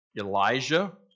Elijah